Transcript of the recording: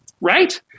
right